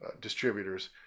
distributors